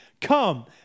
Come